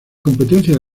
competencia